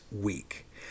week